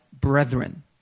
brethren